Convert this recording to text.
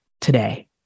today